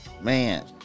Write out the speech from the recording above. Man